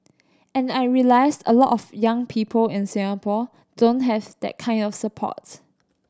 and I realised a lot of young people in Singapore don't have that kind of support